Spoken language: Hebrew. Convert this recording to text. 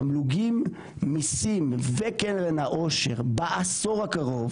תמלוגים מסין וקרן העושר בעשור הקרוב,